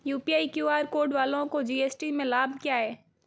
UPI QR code वालों को GST में लाभ क्या है?